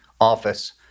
office